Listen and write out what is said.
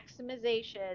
maximization